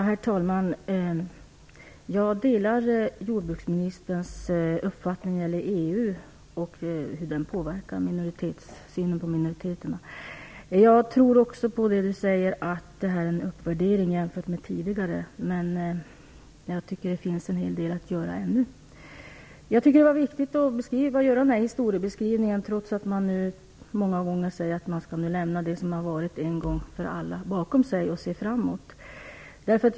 Herr talman! Jag delar jordbruksministerns uppfattning när det gäller EU-medlemskapets påverkan på synen på minoriteterna. Jag tror också att det är som jordbruksministern säger, att det är en uppvärdering jämfört med tidigare. Men jag tycker att det fortfarande finns en hel del att göra. Jag tycker att det var viktigt att göra den här historieskrivningen, trots att man många gånger säger att man nu en gång för alla skall lämna det som har varit bakom sig och se framåt.